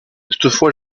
toutefois